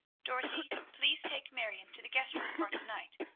dorothy, please take marion to the guest-room for to-night.